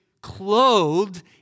clothed